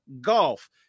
golf